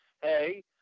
hey